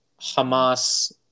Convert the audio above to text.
Hamas